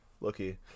Lucky